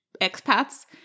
expats